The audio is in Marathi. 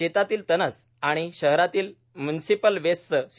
शेतातील तणस आणि शहरातील म्य्निसीपल वेस्टचे सी